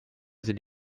sind